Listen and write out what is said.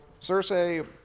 Cersei